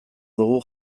dugu